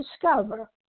discover